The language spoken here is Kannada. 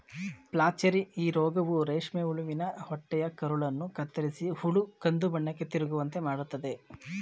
ಪ್ಲಾಚೆರಿ ಈ ರೋಗವು ರೇಷ್ಮೆ ಹುಳುವಿನ ಹೊಟ್ಟೆಯ ಕರುಳನ್ನು ಕತ್ತರಿಸಿ ಹುಳು ಕಂದುಬಣ್ಣಕ್ಕೆ ತಿರುಗುವಂತೆ ಮಾಡತ್ತದೆ